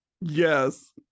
Yes